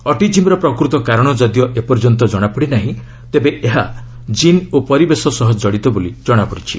ଅଟିଜିମ୍ର ପ୍ରକୃତ କାରଣ ଯଦିଓ ଏପର୍ଯ୍ୟନ୍ତ ଜଣାପଡ଼ି ନାହିଁ ତେବେ ଏହା ଜିନ୍ ଓ ପରିବେଶ ସହ ଜଡ଼ିତ ବୋଲି ଜଣାପଡ଼ିଛି